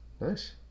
Nice